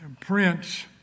prince